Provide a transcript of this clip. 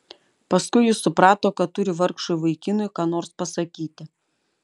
paskui ji suprato kad turi vargšui vaikinui ką nors pasakyti